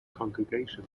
congregation